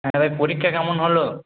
হ্যাঁ ভাই পরীক্ষা কেমন হল